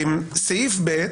סעיף (ב)